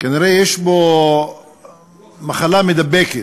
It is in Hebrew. כנראה יש לו מחלה מידבקת,